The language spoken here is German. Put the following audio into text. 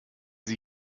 sie